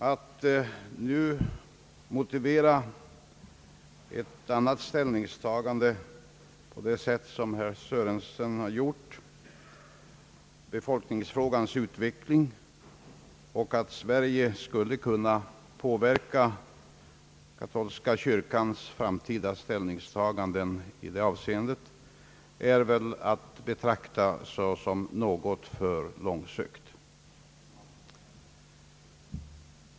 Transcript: Att nu motivera ett annat ställningstagande på det sätt som herr Sörenson gjort, nämligen med befolkningsfrågans utveckling och med att Sverige skulle kunna påverka katolska kyrkans framtida ställningstagande i detta avseende, torde vara att betrakta såsom något för långsökt.